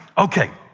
okay,